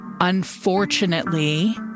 unfortunately